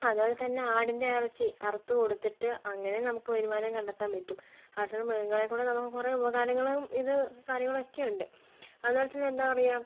അതുപോലെത്തന്നെ ആടിൻ്റെ ഇറച്ചി അറുത്ത് കൊടുത്തിട്ട് അങ്ങനേം നമുക്ക് വരുമാനം കണ്ടെത്താൻ പറ്റും നാട്ടിലെ മൃഗങ്ങളെക്കൊണ്ട് നമുക്ക് കുറെ ഉപകാരങ്ങളും ഇതും കാര്യങ്ങളൊക്കെയുണ്ട് അതുപോലെത്തന്നെ എന്താ പറയാ